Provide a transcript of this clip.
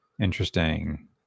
Interesting